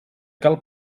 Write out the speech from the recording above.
cal